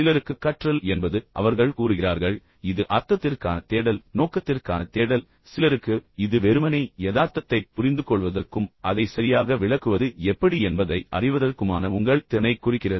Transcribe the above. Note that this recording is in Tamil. சிலருக்கு கற்றல் என்பது அவர்கள் கூறுகிறார்கள் இது அர்த்தத்திற்கான தேடல் நோக்கத்திற்கான தேடல் சிலருக்கு இது வெறுமனே யதார்த்தத்தைப் புரிந்துகொள்வதற்கும் அதை சரியாக விளக்குவது எப்படி என்பதை அறிவதற்குமான உங்கள் திறனைக் குறிக்கிறது